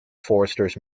foresters